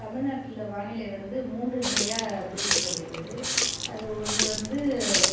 தமிழ்நாட்டில் வானிலை வந்து மூன்று நிலையாக பிரிக்கப்படுகிறது அது ஒன்று வந்து